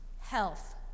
health